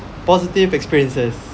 positive experiences